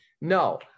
No